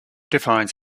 defines